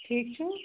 ٹھیٖک چھِوٕ